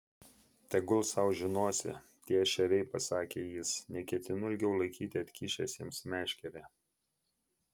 tegul sau žinosi tie ešeriai pasakė jis neketinu ilgiau laikyti atkišęs jiems meškerę